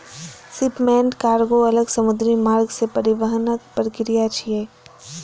shipment कार्गों अलग समुद्री मार्ग सं परिवहनक प्रक्रिया छियै